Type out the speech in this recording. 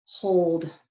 hold